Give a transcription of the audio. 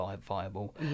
viable